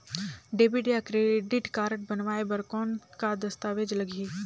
Debit या credit card बनवाय बर कौन का दस्तावेज लगही?